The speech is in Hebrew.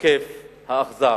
התוקף האכזר.